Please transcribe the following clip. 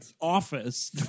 office